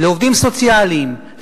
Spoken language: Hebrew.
לעובדים סוציאליים,